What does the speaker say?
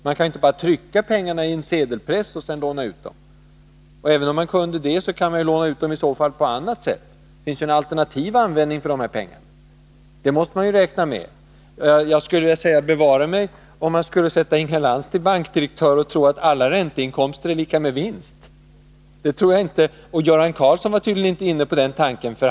Man kan inte bara trycka pengar i en sedelpress och sedan låna ut dem! Även om man kunde det, har man möjlighet att låna ut dem på annat sätt. Det finns en alternativ användning för pengarna, det måste man också räkna med. Bevare mig för att sätta Inga Lantz till bankdirektör! Hon tycks tro att alla ränteinkomster är lika med vinst! Göran Karlsson var tydligen inte inne på den tanken.